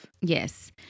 Yes